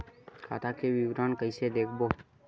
खाता के विवरण कइसे देखबो?